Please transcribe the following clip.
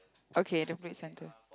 okay center